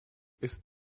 ist